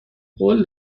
قول